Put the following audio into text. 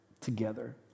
together